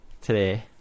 today